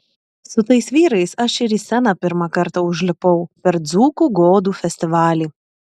su tais vyrais aš ir į sceną pirmą kartą užlipau per dzūkų godų festivalį